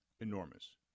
enormous